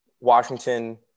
washington